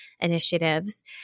initiatives